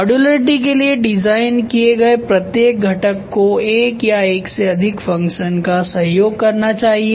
modularity के लिए design किये गए प्रत्येक घटक को एक या एक से अधिक फ़ंक्शन का सहयोग करना चाहिए